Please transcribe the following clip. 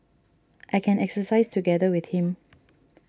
I can exercise together with him